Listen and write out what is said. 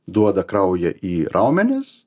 duoda kraują į raumenis